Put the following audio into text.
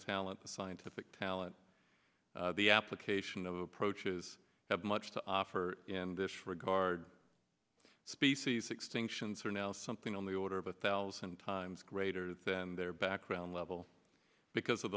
talent the scientific talent the application of approaches have much to offer in this regard species extinctions are now something on the order of a thousand times greater than their background level because of